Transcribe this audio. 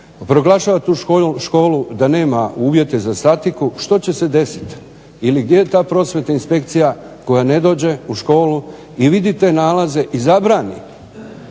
proglašava tu školu da nema uvjete za statiku. Što će se desiti ili gdje je ta Prosvjetna inspekcija koja ne dođe u školu i vidi te nalaze i zabrani